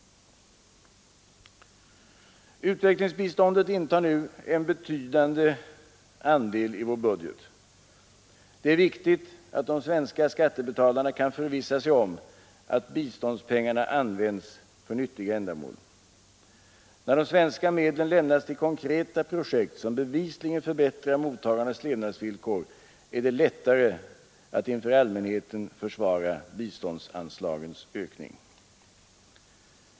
Utvecklingsbiståndet utgör nu en betydande andel av vår budget. Det är viktigt att de svenska skattebetalarna kan förvissa sig om att biståndspengarna används för nyttiga ändamål. När de svenska medlen lämnas till konkreta projekt som bevisligen förbättrar mottagarnas levnadsvillkor är det lättare att inför allmänheten försvara biståndsanslagens ökning.